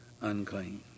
unclean